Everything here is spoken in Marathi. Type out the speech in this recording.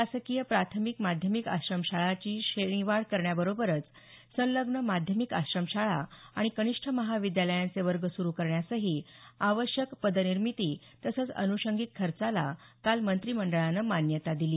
शासकीय प्राथमिक माध्यमिक आश्रमशाळांची श्रेणीवाढ करण्याबरोबरच संलग्न माध्यमिक आश्रमशाळा आणि कनिष्ठ महाविद्यालयांचे वर्ग सुरू करण्यासही आवश्यक पदनिर्मिती तसंच अन्षंगिक खर्चाला काल मंत्रीमंडळानं मान्यता दिली